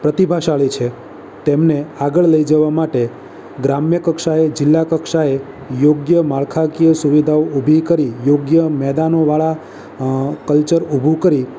પ્રતિભાશાળી છે તેમને આગળ લઈ જવા માટે ગ્રામ્ય કક્ષાએ જિલ્લા કક્ષાએ યોગ્ય માળખાકીય સુવિધાઓ ઊભી કરી યોગ્ય મેદાનોવાળા કલ્ચર ઊભું કરી